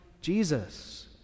Jesus